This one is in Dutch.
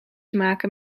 maken